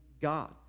God